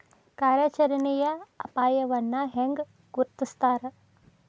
ಕಾರ್ಯಾಚರಣೆಯ ಅಪಾಯವನ್ನ ಹೆಂಗ ಗುರ್ತುಸ್ತಾರ